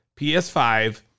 PS5